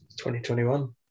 2021